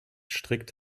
strikt